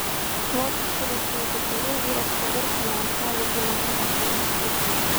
vos susiruošiu eiti toliau vyras pagarsina ant kelių gulintį radijo imtuvą